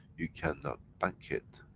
you cannot bank it,